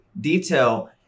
detail